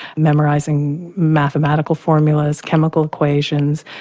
memorising mathematical formulas, chemical equations,